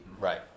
right